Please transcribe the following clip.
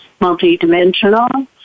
multidimensional